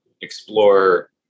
explore